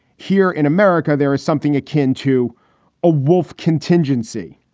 here in america, there is something akin to a wolf contingency.